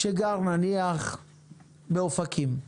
שנניח שגר באופקים.